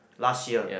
last year